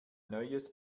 neues